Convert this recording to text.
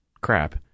crap